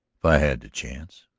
if i had the chance,